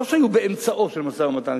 לא שהיו באמצעו של המשא-ומתן.